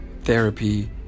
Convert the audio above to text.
therapy